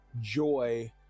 joy